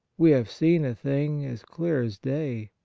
we have seen a thing as clear as day.